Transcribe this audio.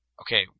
Okay